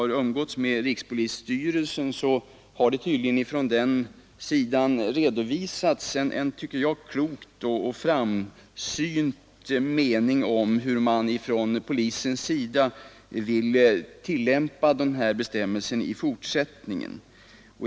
Rikspolisstyrelsen har inför utskottet redovisat en som jag tycker klok och framsynt mening om hur polisen vill tillämpa den här bestämmelsen i fortsättningen.